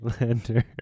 Lander